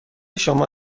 شما